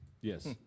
Yes